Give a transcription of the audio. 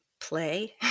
play